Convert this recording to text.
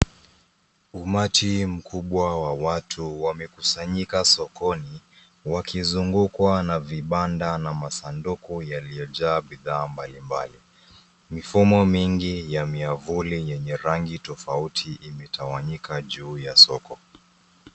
Umati mkubwa wa watu wamekusanyika sokoni wakizungukwa na vibanda na masanduku yaliyojaa bidhaa mbalimbali. Mifumo mingi ya miavuli yenye rangi tofauti imetawanyika juu ya soko.